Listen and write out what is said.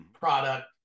product